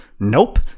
Nope